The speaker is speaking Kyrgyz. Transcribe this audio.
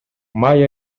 май